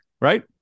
right